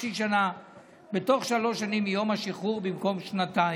חצי שנה בתוך שלוש שנים מיום השחרור במקום שנתיים.